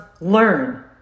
learn